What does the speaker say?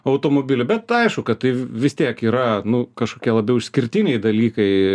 automobilį bet aišku kad tai vis tiek yra nu kažkokie labiau išskirtiniai dalykai